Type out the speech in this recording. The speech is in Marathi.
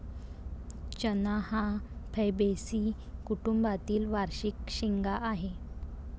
चणा हा फैबेसी कुटुंबातील वार्षिक शेंगा आहे